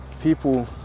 people